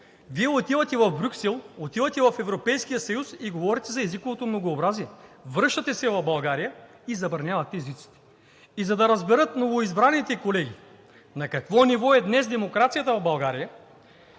Вие отивате в Брюксел, отивате в Европейския съюз и говорите за езиковото многообразие. Връщате се в България и забранявате езиците. И за да разберат новоизбраните колеги на какво ниво е днес демокрацията в България